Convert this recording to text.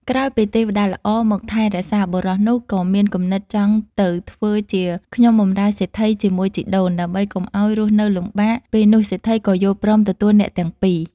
ក្រោយពីទេវតាល្អមកថែរក្សា បុរសនោះក៏មានគំនិតចង់ទៅធ្វើជាខ្ញុំបម្រើសេដ្ឋីជាមួយជីដូន ដើម្បីកុំឲ្យរស់នៅលំបាក ពេលនោះសេដ្ឋីក៏យល់ព្រមទទួលអ្នកទាំងពីរ។